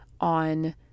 on